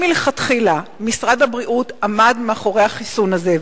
אם מלכתחילה משרד הבריאות עמד מאחורי החיסון הזה,